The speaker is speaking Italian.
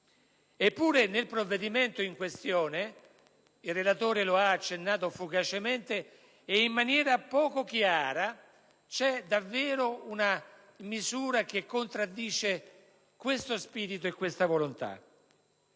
Eppure, nel provvedimento in questione - il relatore ne ha accennato fugacemente ed in maniera poco chiara - c'è davvero una misura che contraddice questo spirito e questa volontà.